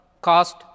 cost